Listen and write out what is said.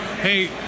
hey